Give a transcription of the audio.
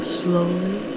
slowly